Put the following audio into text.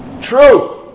truth